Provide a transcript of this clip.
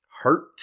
hurt